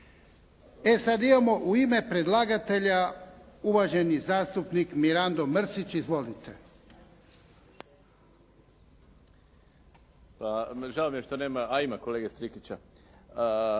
E sad imamo u ime predlagatelja uvaženi zastupnik Mirando Mrsić. Izvolite.